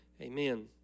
Amen